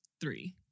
three